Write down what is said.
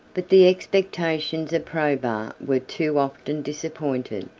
but the expectations of probus were too often disappointed.